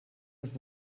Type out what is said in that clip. els